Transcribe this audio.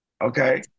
Okay